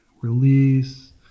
release